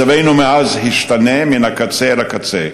מצבנו מאז השתנה מהקצה אל הקצה.